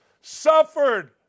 Suffered